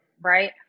right